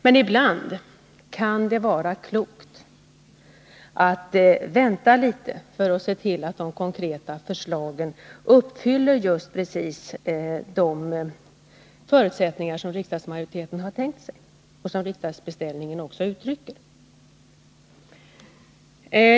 Men ibland kan det vara klokt att vänta litet för att se till att de konkreta förslagen uppfyller just precis de förutsättningar som riksdagsmajoriteten har tänkt sig och som riksdagsbeställningen också uttrycker.